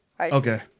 Okay